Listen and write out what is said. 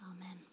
Amen